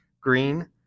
green